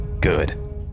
Good